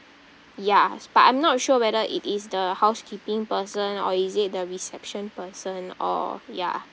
ya but I'm not sure whether it is the housekeeping person or is it the reception person or ya